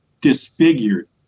disfigured